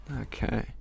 Okay